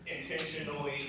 intentionally